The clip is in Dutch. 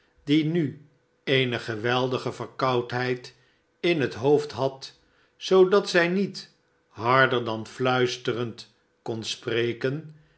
die nu eene geweldige verkoudheid in het iioofd had zoodat zij niet harder dan fluisterend kon spreken